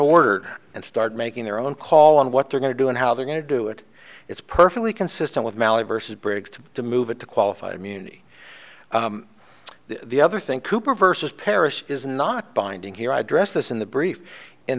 ordered and start making their own call on what they're going to do and how they're going to do it it's perfectly consistent with mally versus briggs to move it to qualified immunity the other thing cooper versus paris is not binding here i addressed this in the brief